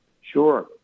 Sure